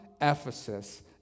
Ephesus